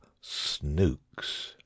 snooks